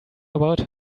about